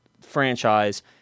franchise